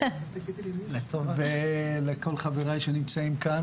הוועדה ולכל חבריי שנמצאים כאן,